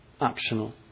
optional